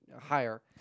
higher